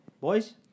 boys